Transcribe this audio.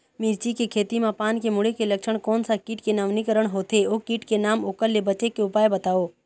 मिर्ची के खेती मा पान के मुड़े के लक्षण कोन सा कीट के नवीनीकरण होथे ओ कीट के नाम ओकर ले बचे के उपाय बताओ?